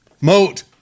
Moat